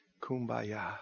Kumbaya